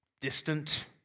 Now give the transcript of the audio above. distant